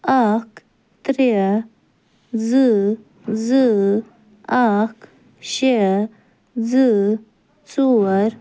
اکھ ترٛےٚ زٕ زٕ اکھ شےٚ زٕ ژور